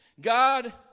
God